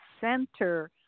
center